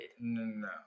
No